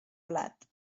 blat